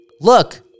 Look